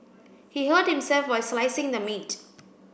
he hurt himself while slicing the meat